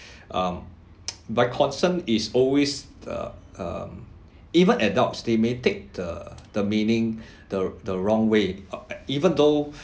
um by concern is always uh um even adults they may take the the meaning the the wrong way even though